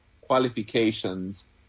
qualifications